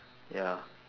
ya